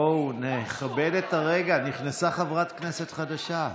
בואו נכבד את הרגע, נכנסה חברת כנסת חדשה.